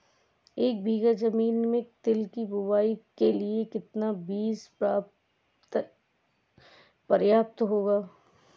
एक बीघा ज़मीन में तिल की बुआई के लिए कितना बीज प्रयाप्त रहेगा?